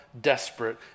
desperate